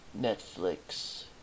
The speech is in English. Netflix